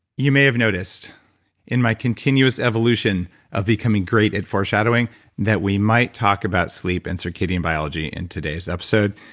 you may have noticed in my continuous evolution of becoming great at foreshadowing that we might talk about sleep and circadian biology in today's episode.